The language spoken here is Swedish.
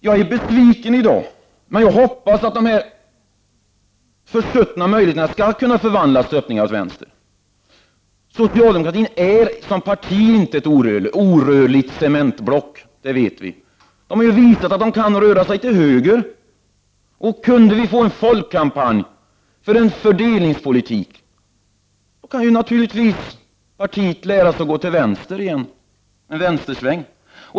Jag är besviken i dag, men jag hoppas att de försuttna möjligheterna skall kunna förvandlas till öppningar åt vänster. Socialdemokraterna är inte som parti ett orörligt cementblock, det vet vi. De har visat att de kan röra sig till höger. Och kunde vi få en ”folkkampanj” för en fördelningspolitik, kan partiet naturligtvis lära sig att gå till vänster igen, att göra en vänstersväng.